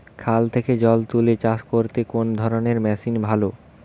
খাল থেকে জল তুলে চাষ করতে কোন ধরনের মেশিন ভালো?